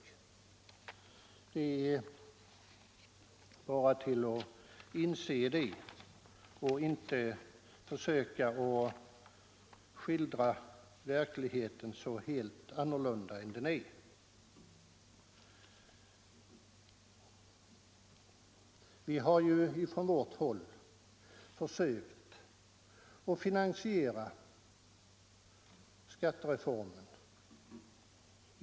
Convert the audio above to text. Det är något som vi måste inse, och vi skall inte försöka skildra verkligheten helt annorlunda än den är. Vi har från vårt håll försökt att finansiera skattereformen.